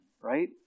right